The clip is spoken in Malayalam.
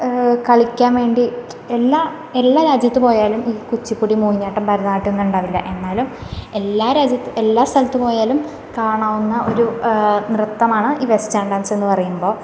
കളിക്കാൻ വേണ്ടി എല്ലാ എല്ലാ രാജ്യത്തും പോയാലും ഈ കുച്ചിപ്പുടി മോഹിനിയാട്ടം ഭരതനാട്യം ഒന്നും ഉണ്ടാവില്ല എന്നാലും എല്ലാ രാജ്യത്തും എല്ലാ സ്ഥലത്തു പോയാലും കാണാവുന്ന ഒരു നൃത്തമാണ് ഈ വെസ്റ്റേൺ ഡാൻസെന്ന് പറയുമ്പോൾ